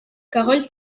carroll